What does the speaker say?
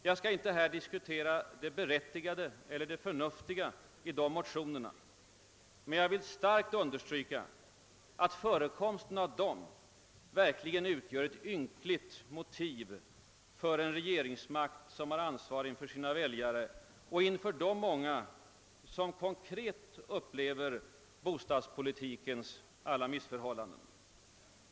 Jag skall inte diskutera det berättigade eller förnuftiga i de motionerna, men jag vill starkt understryka att förekomsten av dem utgör ett ynkligt motiv för en regeringsmakt som har ansvar för sina väljare och inför de många som konkret upplever bostadspolitikens alla missförhållanden.